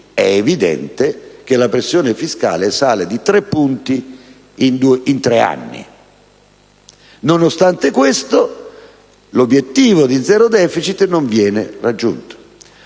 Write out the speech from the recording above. è evidente che la pressione fiscale salirà di tre punti in tre anni. Nonostante questo, dicevo, l'obiettivo di zero *deficit* non viene raggiunto.